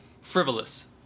frivolous